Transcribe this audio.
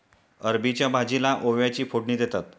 अरबीच्या भाजीला ओव्याची फोडणी देतात